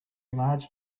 large